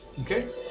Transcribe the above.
Okay